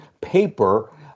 paper